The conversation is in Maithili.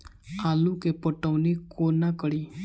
आलु केँ पटौनी कोना कड़ी?